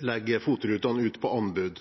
legge FOT-rutene ut på anbud.